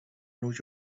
new